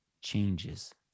changes